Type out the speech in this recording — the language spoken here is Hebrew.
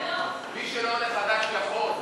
מי שלא עולה חדש יכול.